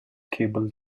cable